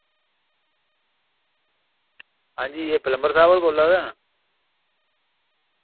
हांजी एह् प्लम्बर साहब होर बोल्ला दे न